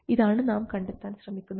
ഇതാണ് നാം കണ്ടെത്താൻ ശ്രമിക്കുന്നത്